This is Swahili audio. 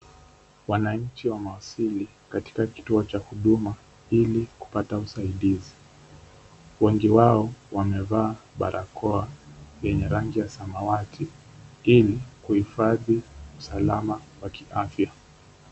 Wananchi wamewasili katika kituo cha huduma ili kupata usaidizi. Wengi wao wamevaa barakoa yenye rangi ya samawati ili kuhifadhi usalama wa kiafya.